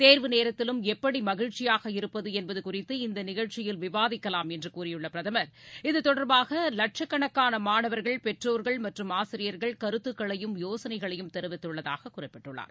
தேர்வு நேரத்திலும் எப்படி மகிழ்ச்சியாக இருப்பது என்பது குறித்து இந்த நிகழ்ச்சியில் விவாதிக்கலாம் என்று கூறியுள்ள பிரதமர் இது தொடர்பாக லட்சக்கணக்கான மாணவர்கள் பெற்றோர்கள் மற்றும் ஆசிரியர்கள் கருத்துக்களையும் யோசனைகளையும் தெரிவித்துள்ளதாக குறிப்பிட்டுள்ளார்